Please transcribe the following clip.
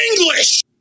English